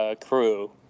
crew